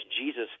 Jesus